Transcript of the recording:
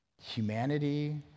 Humanity